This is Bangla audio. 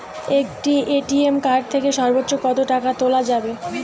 একটি এ.টি.এম কার্ড থেকে সর্বোচ্চ কত টাকা তোলা যাবে?